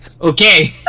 Okay